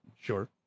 sure